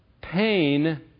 pain